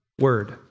word